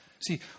See